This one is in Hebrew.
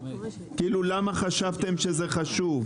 למה חשבתם שזה חשוב.